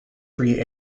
free